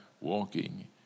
walking